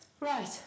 Right